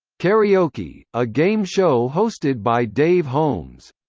karaoke, a game show hosted by dave holmes.